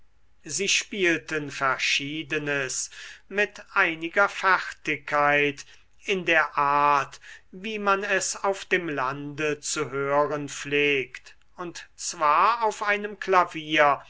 sie spielten verschiedenes mit einiger fertigkeit in der art wie man es auf dem lande zu hören pflegt und zwar auf einem klavier